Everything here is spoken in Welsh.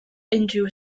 unrhyw